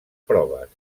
proves